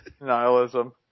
Nihilism